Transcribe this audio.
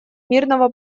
мирного